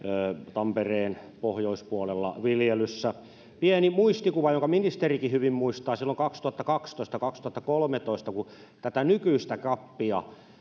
tampereen pohjoispuolella viljelyssä pieni muistikuva jonka ministerikin hyvin muistaa silloin kaksituhattakaksitoista viiva kaksituhattakolmetoista kun tätä nykyistä capia